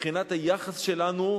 מבחינת היחס שלנו